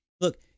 Look